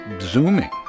Zooming